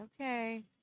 Okay